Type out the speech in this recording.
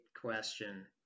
question